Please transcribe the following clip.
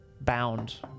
bound